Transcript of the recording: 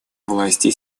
власти